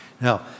Now